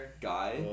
guy